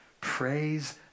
Praise